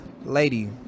lady